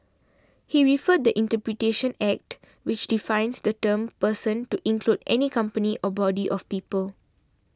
he referred the Interpretation Act which defines the term person to include any company or body of people